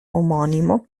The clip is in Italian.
omonimo